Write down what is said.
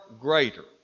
greater